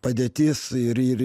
padėtis ir ir